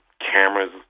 cameras